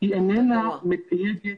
היא איננה מתייגת